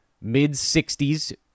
mid-60s